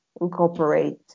incorporate